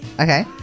Okay